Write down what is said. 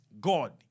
god